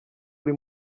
uri